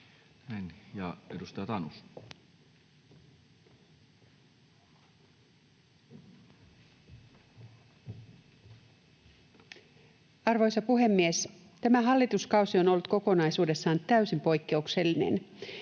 Content: Arvoisa puhemies! Tämä hallituskausi on ollut kokonaisuudessaan täysin poikkeuksellinen.